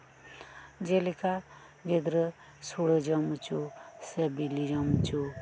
ᱡᱮᱞᱮᱠᱟ ᱜᱤᱫᱽᱨᱟᱹ ᱥᱳᱲᱮ ᱡᱚᱢ ᱚᱪᱚ ᱥᱮ ᱵᱤᱞᱤ ᱡᱚᱢ ᱚᱪᱳ